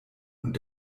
und